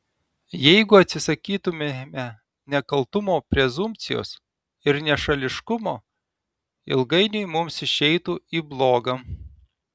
jeigu atsisakytumėme nekaltumo prezumpcijos ir nešališkumo ilgainiui mums išeitų į bloga